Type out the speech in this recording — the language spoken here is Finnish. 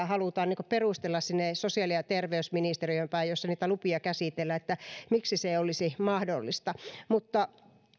halutaan niin kuin perustella sinne sosiaali ja terveysministeriöön päin jossa niitä lupia käsitellään miksi se olisi mahdollista mutta